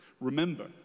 Remember